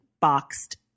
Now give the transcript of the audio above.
boxed